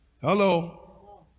Hello